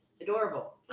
adorable